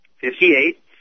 Fifty-eight